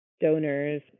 donors